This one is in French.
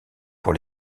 pour